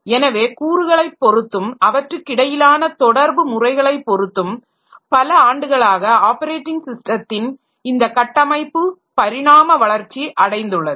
எனவே கூறுகளைப் பொறுத்தும் அவற்றுக்கிடையிலான தொடர்பு முறைகளை பொறுத்தும் பல ஆண்டுகளாக ஆப்பரேட்டிங் ஸிஸ்டத்தின் இந்த கட்டமைப்பு பரிணாம வளர்ச்சி அடைந்துள்ளது